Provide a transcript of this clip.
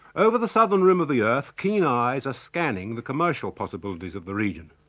over the southern rim of the earth keen eyes are scanning the commercial possibilities of the region.